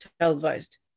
televised